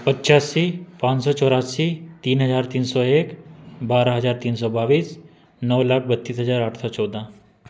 पच्चासी पाँच सौ चौरासी तीन हजार तीन सौ एक बारह हजार तीन सौ बावीस नौ लाख बत्तीस हजार आठ सौ चौदह